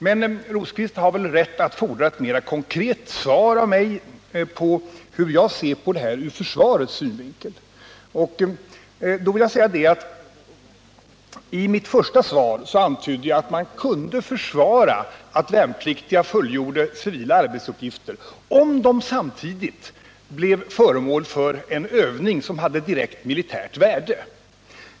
Men Birger Rosqvist har rätt att fordra ett mer konkret svar av mig på frågan hur jag ser på det hela ur försvarets synvinkel: I mitt första svar antydde jag att man kunde försvara det förhållandet att värnpliktiga fullgör civila arbetsuppgifter — om de samtidigt blir föremål för en övning som har direkt militärt värde.